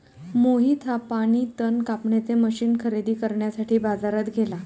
मोहित हा पाणी तण कापण्याचे मशीन खरेदी करण्यासाठी बाजारात गेला